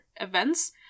events